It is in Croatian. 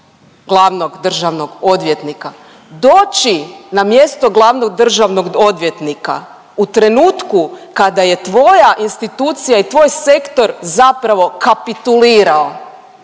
glavnog državnog odvjetnika. Doći na mjesto glavnog državnog odvjetnika u trenutku kada je tvoja institucija i tvoj sektor zapravo kapitulirao,